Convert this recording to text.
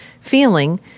feeling